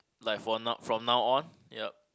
like for now from now on yup